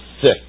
sick